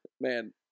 Man